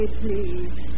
please